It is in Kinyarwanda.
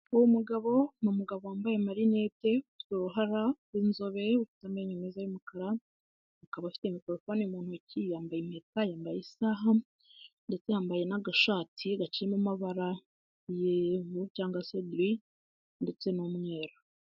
Uwo mugabo ni numugabo wambaye amarinete, ni inzobere amenyo meza y'umukara, akaba afite mikorofoni mu ntoki yambaye impeta yambaye isaha ndetse yambaye n'agashati gaciyemo amabara y'ivu cyangwa se green ndetse n'umweru.